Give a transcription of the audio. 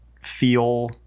feel